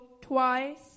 twice